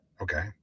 okay